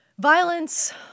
violence